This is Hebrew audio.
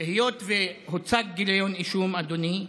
היות שהוצג גיליון אישום, אדוני,